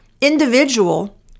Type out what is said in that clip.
individual